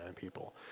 people